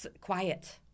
quiet